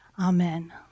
Amen